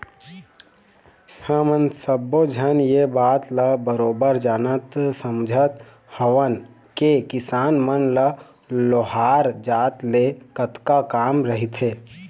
हमन सब्बे झन ये बात ल बरोबर जानत समझत हवन के किसान मन ल लोहार जात ले कतका काम रहिथे